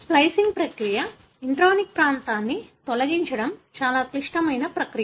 splicing ప్రక్రియ intronic ప్రాంతాన్ని తొలగించడం చాలా క్లిష్టమైన ప్రక్రియ